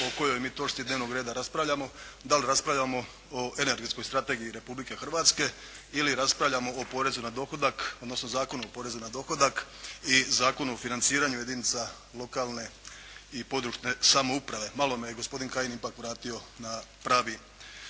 po kojoj mi točci dnevnog reda raspravljamo, da li raspravljamo o energetskoj strategiji Republike Hrvatske ili raspravljamo o porezu na dohodak, odnosno Zakonu o porezu na dohodak i Zakonu o financiranju jedinica lokalne i područne samoprave. Malo me je gospodin Kajin ipak vratio na pravi